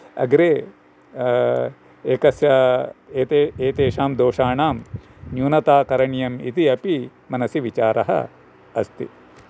अग्रे एकस्य एते एतेषां दोषाणां न्यूनता करणीयम् इति अपि मनसि विचारः अस्ति